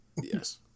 Yes